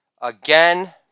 again